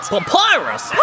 Papyrus